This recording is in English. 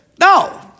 No